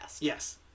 Yes